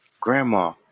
Grandma